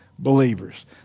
Believers